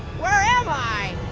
where am i?